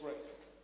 race